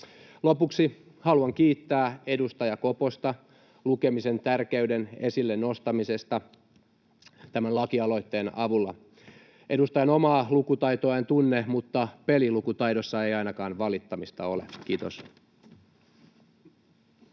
Lopuksi haluan kiittää edustaja Koposta lukemisen tärkeyden esille nostamisesta tämän lakialoitteen avulla. Edustajan omaa lukutaitoa en tunne, mutta pelinlukutaidossa ei ainakaan valittamista ole. — Kiitos.